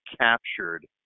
captured